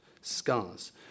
scars